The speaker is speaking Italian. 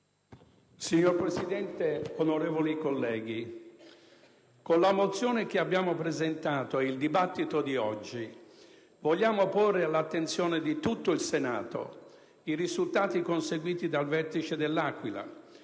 Signor Presidente, onorevoli colleghi, con la mozione che abbiamo presentato e il dibattito di oggi vogliamo porre all'attenzione di tutto il Senato i risultati conseguiti dal vertice de L'Aquila,